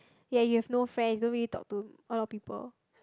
ya you have no friends you don't really talk to a lot of people